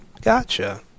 Gotcha